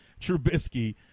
Trubisky